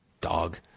Dog